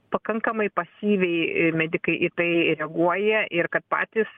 pakankamai pasyviai medikai į tai reaguoja ir kad patys